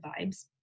vibes